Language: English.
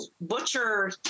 butcher